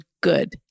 good